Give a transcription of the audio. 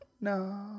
no